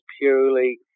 purely